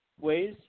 ways